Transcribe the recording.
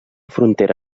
frontera